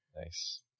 Nice